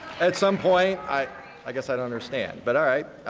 at some point i i guess i don't understand. but all right.